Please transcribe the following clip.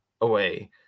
away